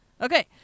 Okay